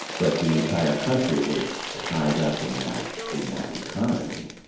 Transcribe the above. but the entire country was tied up in that in that economy.